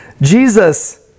Jesus